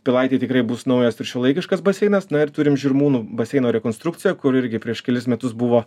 pilaitėj tikrai bus naujas ir šiuolaikiškas baseinas na ir turim žirmūnų baseino rekonstrukciją kur irgi prieš kelis metus buvo